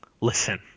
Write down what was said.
Listen